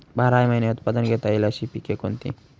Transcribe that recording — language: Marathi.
बाराही महिने उत्पादन घेता येईल अशी पिके कोणती?